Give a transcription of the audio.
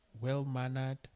well-mannered